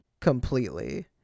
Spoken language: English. completely